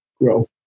Grow